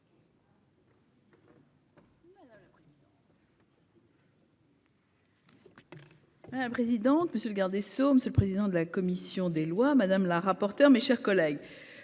Madame la présidente, monsieur le ministre, monsieur le président de la commission des lois, madame la reporter, mes chers collègues.